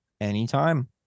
anytime